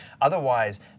Otherwise